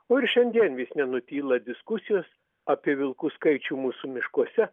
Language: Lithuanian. o ir šiandien vis nenutyla diskusijos apie vilkų skaičių mūsų miškuose